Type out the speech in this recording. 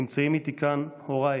נמצאים איתי כאן הוריי